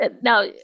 Now